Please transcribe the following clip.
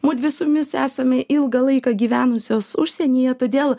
mudvi su jumis esame ilgą laiką gyvenusios užsienyje todėl